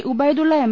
Ubaidullah M